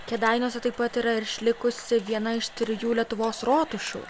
kėdainiuose taip pat yra išlikusi viena iš trijų lietuvos rotušių